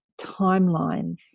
timelines